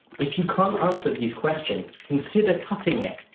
if you can't answer these questions, consider cutting it,